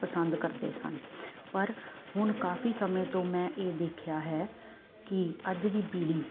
ਪਸੰਦ ਕਰਦੇ ਸਨ ਪਰ ਹੁਣ ਕਾਫੀ ਸਮੇਂ ਤੋਂ ਮੈਂ ਇਹ ਦੇਖਿਆ ਹੈ ਕਿ ਅੱਜ ਦੀ ਪੀੜੀ